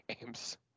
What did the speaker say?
games